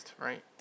right